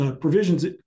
Provisions